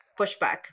pushback